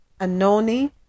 Anoni